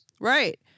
Right